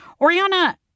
Oriana